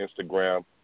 Instagram